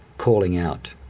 calling out,